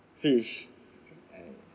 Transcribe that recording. fish I